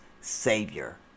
Savior